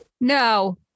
No